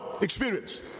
experience